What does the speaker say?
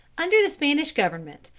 under the spanish government,